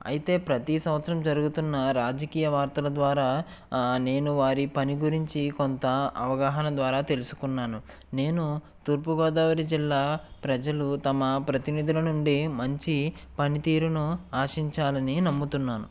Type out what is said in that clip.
అయితే ప్రతి సంవత్సరం జరుగుతున్న రాజకీయ వార్తల ద్వారా నేను వారి పని గురించి కొంత అవగాహన ద్వారా తెలుసుకున్నాను నేను తూర్పుగోదావరి జిల్లా ప్రజలు తమ ప్రతినిధుల నుండి మంచి పనితీరును ఆశించాలని నమ్ముతున్నాను